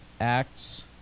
Acts